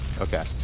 Okay